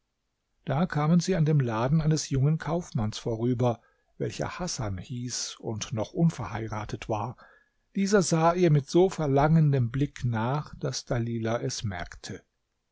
da kamen sie an dem laden eines jungen kaufmanns vorüber welcher hasan hieß und noch unverheiratet war dieser sah ihr mit so verlangendem blick nach daß dalilah es merkte